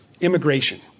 immigration